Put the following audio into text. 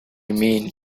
mean